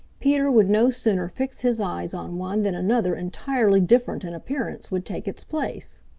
peter would no sooner fix his eyes on one than another entirely different in appearance would take its place.